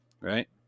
right